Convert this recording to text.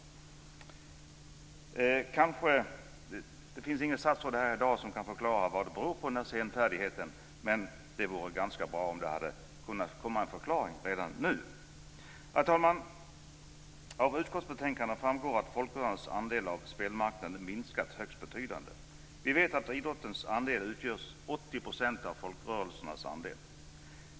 Det finns inget statsråd här i dag som kan förklara vad senfärdigheten beror på, men det vore ganska bra om det kunde komma en förklaring redan nu. Fru talman! Av utskottsbetänkandet framgår att folkrörelsernas andel av spelmarknaden minskat högst betydligt. Vi vet att idrottens andel utgör ungefär 80 % av folkrörelsernas andel.